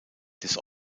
des